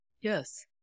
Yes